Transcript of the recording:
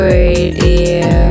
Radio